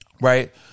Right